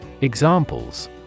Examples